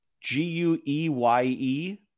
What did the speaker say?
G-U-E-Y-E